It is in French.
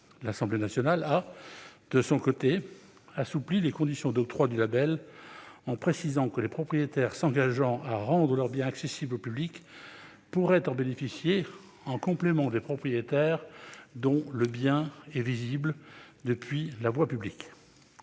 L'Assemblée nationale a, de son côté, assoupli les conditions d'octroi du label en précisant que les propriétaires s'engageant à rendre leur bien accessible au public pourraient en bénéficier au même titre que les propriétaires dont le bien est visible depuis la voie publique.